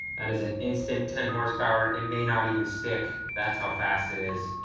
that is an instant ten horsepower. it may not even stick, that's how fast it is.